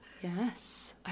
yes